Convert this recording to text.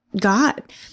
God